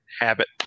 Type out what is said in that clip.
Habit